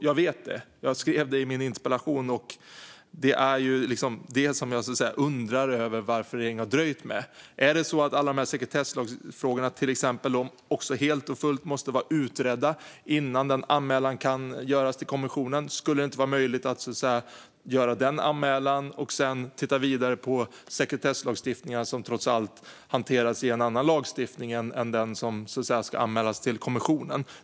Jag vet det; jag skrev det i min interpellation. Det jag undrar är varför regeringen har dröjt med detta. Måste alla dessa sekretessfrågor, till exempel, vara helt och fullt utredda innan anmälan till kommissionen kan göras? Skulle det inte vara möjligt att göra anmälan och sedan titta vidare på sekretesslagstiftningen, som trots allt hanteras i en annan lagstiftning än den som ska anmälas till kommissionen?